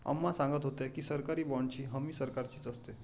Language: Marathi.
अम्मा सांगत होत्या की, सरकारी बाँडची हमी सरकारची असते